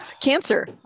Cancer